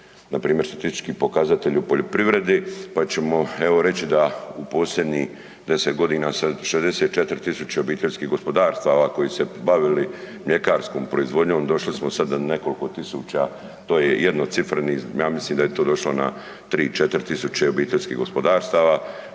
npr. statistički pokazatelji u poljoprivredi pa ćemo evo reći da u posljednjih 10 godina se 64 tisuće obiteljskih gospodarstava koje se bavili mljekarskom proizvodnjom, došli smo sad na nekoliko tisuća, to je jednocifreni, ja mislim da je to došlo na 3, 4 tisuće obiteljskih gospodarstava,